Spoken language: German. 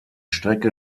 strecke